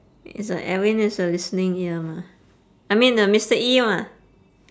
it's like edwin is a listening ear mah I mean um mister E mah